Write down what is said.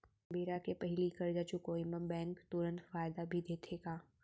बेरा के पहिली करजा चुकोय म बैंक तुरंत फायदा भी देथे का?